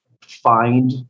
find